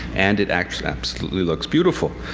and it absolutely looks beautiful.